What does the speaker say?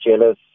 jealous